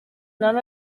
none